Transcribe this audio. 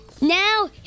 Now